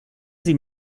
sie